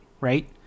right